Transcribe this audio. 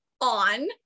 on